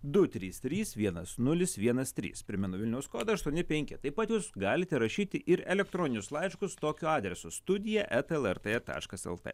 du trys trys vienas nulis vienas trys primenu vilniaus kodą ašuoni penki taip pat jūs galite rašyti ir elektroninius laiškus tokiu adresu studija eta lrt taškas lt